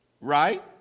right